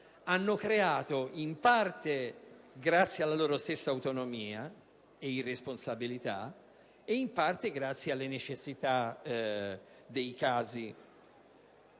hanno creato, in parte grazie alla loro stessa autonomia e irresponsabilità, in parte grazie alle necessità dei casi e